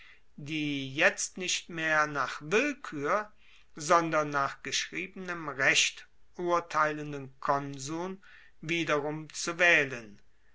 die jetzt nicht mehr nach willkuer sondern nach geschriebenem recht urteilenden konsuln wiederum zu waehlen